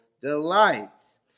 delights